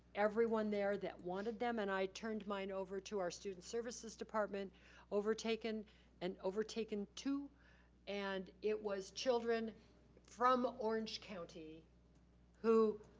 everyone there that wanted them and i turned mine over to our student services department overtaken and overtaken too and it was children from orange county who